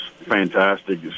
fantastic